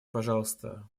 пожалуйста